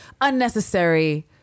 unnecessary